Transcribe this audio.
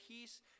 peace